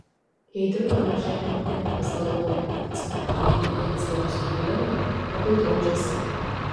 jei dirbdamas žemę ūkininkas galvoja kad senatvėje jam pensija bus reikalinga tegul draudžiasi